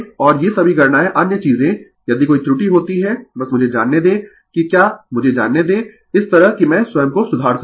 और ये सभी गणनायें अन्य चीजें यदि कोई त्रुटि होती है बस मुझे जानने दें कि क्या मुझे जानने दें इस तरह कि मैं स्वयं को सुधार सकूँ